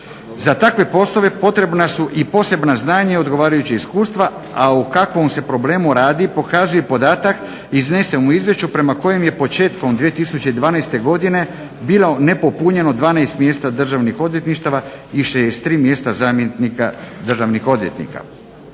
Za takve poslove potrebna su i posebna znanja i odgovarajuća iskustva, a o kakvom se problemu radi pokazuje i podatak iznesen u izvješću prema kojem je početkom 2012. godine bilo nepopunjeno 12 mjesta državnih odvjetnika i 63 mjesta zamjenika državnih odvjetnika.